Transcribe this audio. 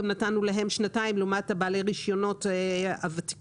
נתנו להם שנתיים לעומת בעלי הרישיונות הוותיקים,